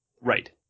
Right